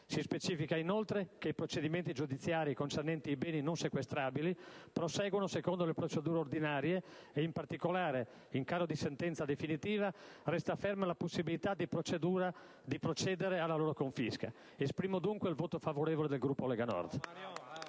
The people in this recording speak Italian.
Si specifica, inoltre, che i procedimenti giudiziari concernenti i beni non sequestrabili, proseguono secondo le procedure ordinarie e, in particolare, in caso di sentenza definitiva resta ferma la possibilità di procedere alla loro confisca. Dichiaro dunque il voto favorevole del Gruppo Lega Nord.